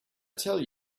tell